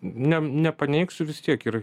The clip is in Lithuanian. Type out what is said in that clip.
ne nepaneigsiu vis tiek yra